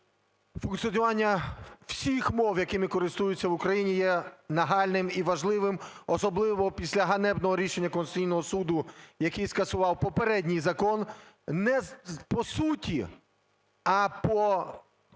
функціонування всіх мов, якими користуються в Україні, є нагальним і важливим, особливо після ганебного рішення Конституційного Суду, який скасував попередній закон не по суті, а по